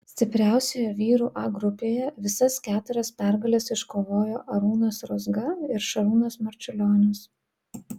stipriausioje vyrų a grupėje visas keturias pergales iškovojo arūnas rozga ir šarūnas marčiulionis